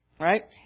Right